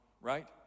right